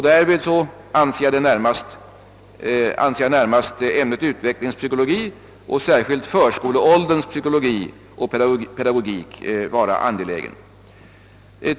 Därmed avser jag närmast ämnet utvecklingspsykologi, särskilt förskoleålderns psykologi och pedagogik.